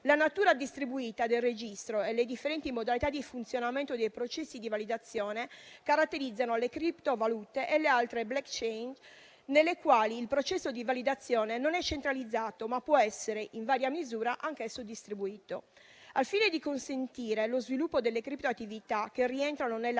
La natura distribuita del registro e le differenti modalità di funzionamento dei processi di validazione caratterizzano le criptovalute e le altre *blockchain* nelle quali il processo di validazione non è centralizzato, ma può essere in varia misura anch'esso distribuito. Al fine di consentire lo sviluppo delle criptoattività che rientrano nella